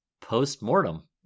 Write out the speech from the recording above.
post-mortem